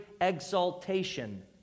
exaltation